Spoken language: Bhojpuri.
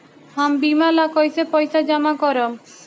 हम बीमा ला कईसे पईसा जमा करम?